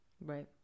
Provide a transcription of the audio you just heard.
Right